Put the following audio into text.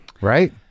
right